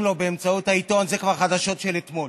לו באמצעות העיתון זה כבר חדשות של אתמול.